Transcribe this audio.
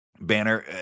Banner